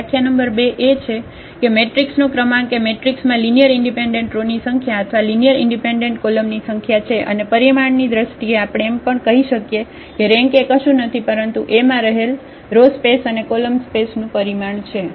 વ્યાખ્યા નંબર 2 એ છે છે કે મેટ્રિક્સનો ક્રમાંક એ મેટ્રિક્સમાં લિનિયર ઇન્ડિપેન્ડન્ટ રો ની સંખ્યા અથવા લિનિયર ઇન્ડિપેન્ડન્ટ કોલમની સંખ્યા છે અને પરિમાણની દ્રષ્ટિએ આપણે એમ પણ કહી શકીએ કે રેન્ક એ કશું નથી પરંતુ A માં રહેલ રો સ્પેસ અને કોલમ સ્પેસનું પરિમાણ છે